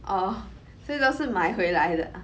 orh 所以都是买回来的